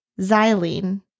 xylene